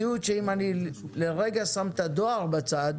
שם את הדואר בצד